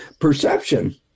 perception